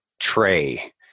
tray